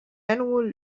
annual